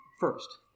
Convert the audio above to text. First